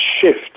shift